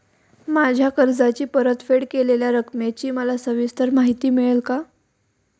माझ्या कर्जाची परतफेड केलेल्या रकमेची मला सविस्तर माहिती मिळेल का?